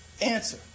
answer